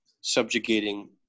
subjugating